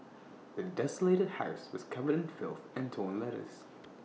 the desolated house was covered in filth and torn letters